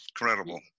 incredible